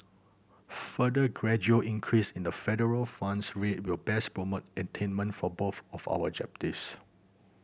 further gradual increase in the federal funds rate will best promote attainment for both of our objectives